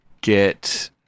get